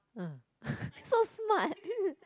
ah so smart